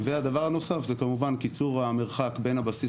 הדבר הנוסף הוא קיצור המרחק בין הבסיס